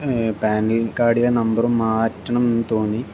panel കാടിലെ നമ്പറും മാറ്റണം എന്ന് തോന്നി